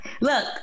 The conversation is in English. Look